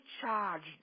charged